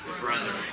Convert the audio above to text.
Brother